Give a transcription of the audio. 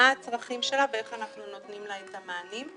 מה הצרכים שלה ואיך אנחנו נותנים לה את המענים.